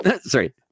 Sorry